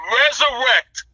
resurrect